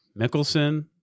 Mickelson